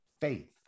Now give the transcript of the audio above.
faith